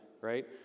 right